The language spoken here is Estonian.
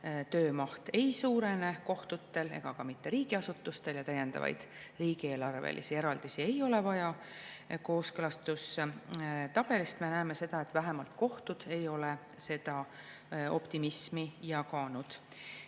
töö maht ei suurene ei kohtutel ega riigiasutustel ja täiendavaid riigieelarvelisi eraldisi ei ole vaja. Kooskõlastustabelist näeme seda, et vähemalt kohtud ei ole seda optimismi jaganud.